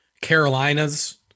Carolinas